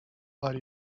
are